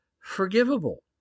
forgivable